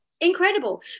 incredible